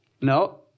No